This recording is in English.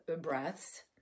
breaths